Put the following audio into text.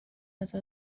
ازت